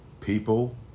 People